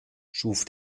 schuf